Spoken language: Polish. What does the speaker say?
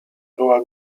była